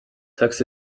tux